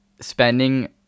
spending